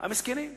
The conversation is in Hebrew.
המסכנים.